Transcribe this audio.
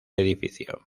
edificio